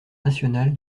nationale